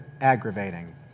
aggravating